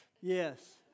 Yes